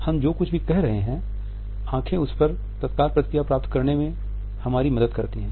हम जो कुछ भी कह रहे है आँखें उसपर तत्काल प्रतिक्रिया प्राप्त करने में भी हमारी मदद करती हैं